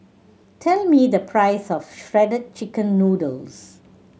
tell me the price of Shredded Chicken Noodles